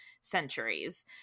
centuries